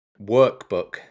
workbook